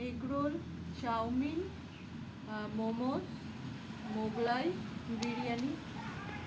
egg roll chowmein momos Mughlai biryani